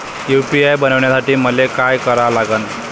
UPI बनवासाठी मले काय करा लागन?